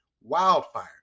wildfire